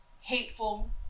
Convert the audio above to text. hateful